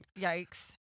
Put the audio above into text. Yikes